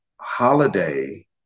Holiday